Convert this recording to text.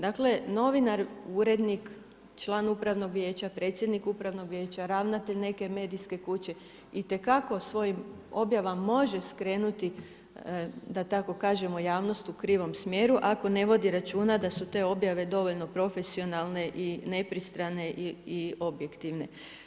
Dakle, novinar, urednik, član upravnog vijeća, predsjednik upravnog vijeća, ravnatelj neke medijske kuće itekako svojim objavama može skrenuti da tako kažemo, javnost u krivom smjeru ako ne vodi računa da su te objave dovoljno profesionalne i nepristrane i objektivne.